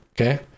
okay